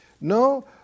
No